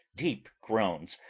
deep groans,